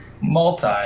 multi